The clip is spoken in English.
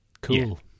Cool